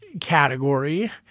category